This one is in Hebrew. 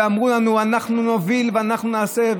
ואמרו לנו: אנחנו נוביל ואנחנו נעשה,